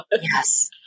Yes